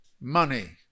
money